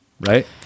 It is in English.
right